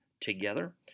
together